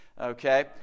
okay